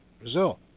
Brazil